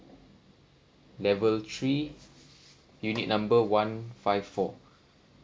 level three unit number one five four